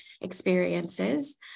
experiences